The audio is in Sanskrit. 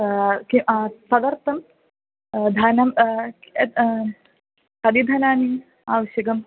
कि तदर्थं धनं कति धनं आवश्यकम्